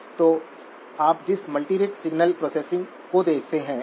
हमारे पास gmvGS और RD और RL है